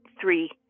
three